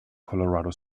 colorado